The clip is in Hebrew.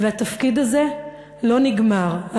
והתפקיד הזה לא נגמר,